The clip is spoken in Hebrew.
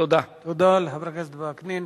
תודה תודה לחבר הכנסת וקנין.